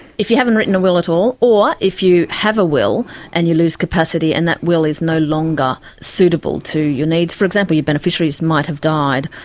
if you haven't written a will at all, or if you have a will and you lose capacity and that will is no longer suitable to your needs. for example, your beneficiaries might have died.